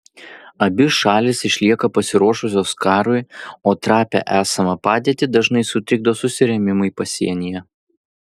abi šalys išlieka pasiruošusios karui o trapią esamą padėtį dažnai sutrikdo susirėmimai pasienyje